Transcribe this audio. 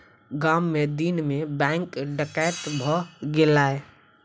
गाम मे दिन मे बैंक डकैती भ गेलै